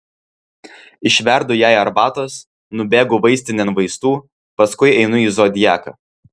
išverdu jai arbatos nubėgu vaistinėn vaistų paskui einu į zodiaką